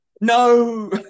No